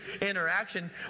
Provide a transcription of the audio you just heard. interaction